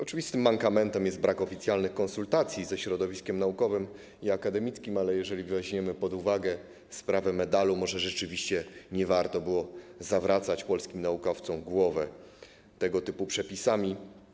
Oczywistym mankamentem jest brak oficjalnych konsultacji ze środowiskiem naukowym i akademickim, ale jeżeli weźmiemy pod uwagę sprawę medalu, może rzeczywiście nie warto było zawracać polskim naukowcom głowy tego typu przepisami.